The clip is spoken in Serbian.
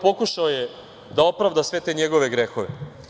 Pokušao je da opravda sve te njegove grehove.